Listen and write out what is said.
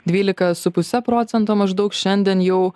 dvylika su puse procento maždaug šiandien jau